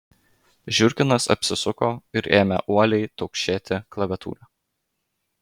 žiurkinas apsisuko ir ėmė uoliai taukšėti klaviatūra